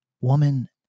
woman